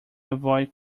avoid